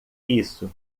isso